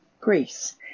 Greece